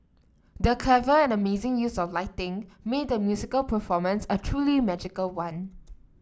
the clever and amazing use of lighting made the musical performance a truly magical one